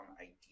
idea